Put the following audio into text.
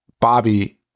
bobby